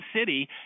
city